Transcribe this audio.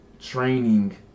training